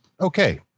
okay